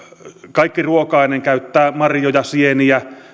kaikkiruokainen käyttää marjoja sieniä